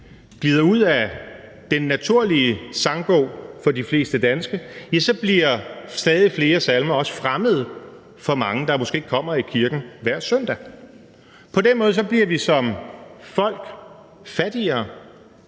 glider ud af den naturlige sangbog for de fleste danskere – så bliver stadig flere salmer også fremmede for mange, der måske ikke kommer i kirken hver søndag. På den måde bliver vi som folk fattigere,